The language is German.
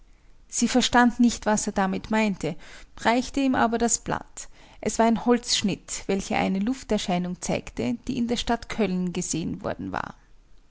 sie verstand nicht was er damit meinte reichte ihm aber das blatt es war ein holzschnitt welcher eine lufterscheinung zeigte die in der stadt köln gesehen worden war